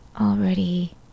already